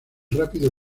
rápido